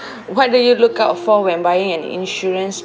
what do you look out for when buying an insurance